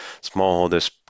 smallholders